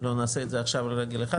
לא נעשה את זה עכשיו על רגל אחת,